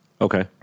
Okay